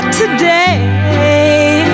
today